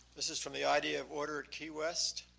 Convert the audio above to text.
this is from the idea of order at key west,